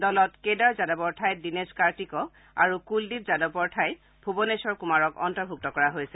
দলত কেদাৰ যাদৱৰ ঠাইত দীনেশ কাৰ্তিকক কুলদীপ যাদৱৰ ঠাইত ভূৱনেশ্বৰ কুমাৰক অন্তৰ্ভূক্ত কৰা হৈছে